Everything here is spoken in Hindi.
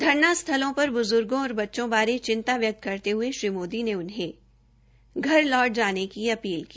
धरना स्थलों र ब्ज्र्गा और बच्चों बारे चिंता व्यकत करते हये श्री मोदी ने उन्हें घर लौट जाने की अपील की